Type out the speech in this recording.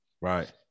Right